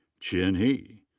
qin he.